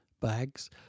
bags